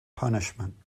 punishment